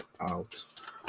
out